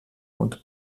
und